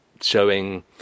showing